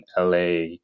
LA